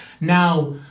Now